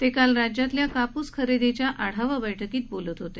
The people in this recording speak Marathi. ते काल राज्यातल्या कापूस खरेदीच्या आढावा बैठकीत बोलत होते